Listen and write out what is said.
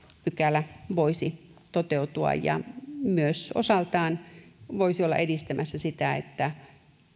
lakipykälä voisi toteutua ja myös osaltaan olla edistämässä sitä että